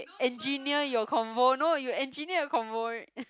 engineer your convo no you engineer your convo